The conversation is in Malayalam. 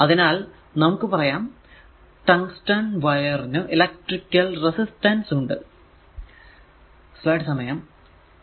അതിനാൽ നമുക്ക് പറയാം ടങ്സ്റ്റൻ വയർ നു ഇലെക്ട്രിക്കൽ റെസിസ്റ്റൻസ് electrical resistance